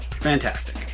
Fantastic